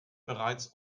bereits